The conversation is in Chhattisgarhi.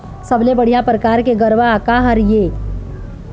सबले बढ़िया परकार के गरवा का हर ये?